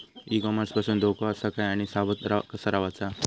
E commerce पासून धोको आसा काय आणि सावध कसा रवाचा?